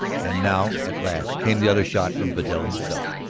and now at last came the other shot from vidal himself.